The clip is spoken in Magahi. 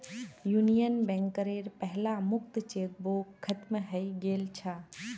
यूनियन बैंकेर पहला मुक्त चेकबुक खत्म हइ गेल छ